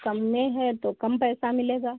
कम में हे तो कम पैसा मिलेगा